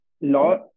law